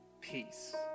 peace